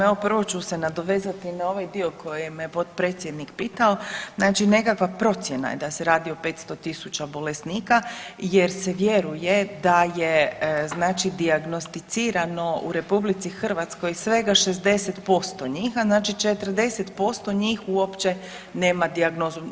Evo prvo ću se nadovezati na ovaj dio na koji me potpredsjednik pitao, znači nekakva procjena je da se radi o 500.000 bolesnika jer se vjeruje da je znači dijagnosticirano u RH svega 60%, a znači 40% njih uopće nema dijagnozu.